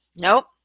nope